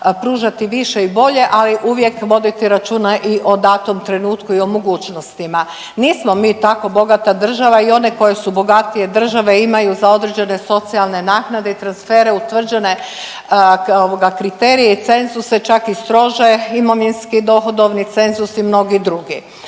pružati više i bolje, ali uvijek voditi računa i o datom trenutku i o mogućnostima. Nismo mi tako bogata država i one koje su bogatije države imaju za određene socijalne naknade i transfere utvrđene ovoga kriterije i cenzuse čak i strože imovinski dohodovni cenzusi i mnogi drugi.